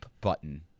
button